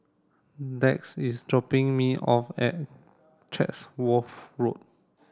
Dax is dropping me off at Chatsworth Road